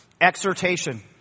Exhortation